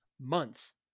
months